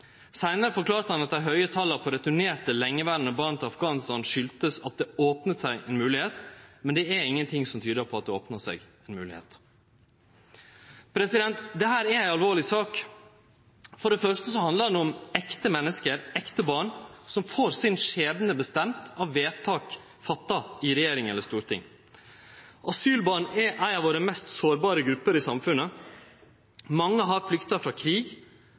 Seinare forklarte han at dei høge tala på returnerte, lengeverande barn til Afghanistan kom av at «det åpnet seg en mulighet». Men det er ingenting som tyder på at det opna seg ei mulegheit. Dette er ei alvorleg sak. For det fyrste handlar det om ekte menneske, om ekte barn, som får skjebnen sin bestemt av vedtak gjorde i regjering eller storting. Asylbarn er ei av våre mest sårbare grupper i samfunnet. Mange har flykta frå krig.